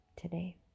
today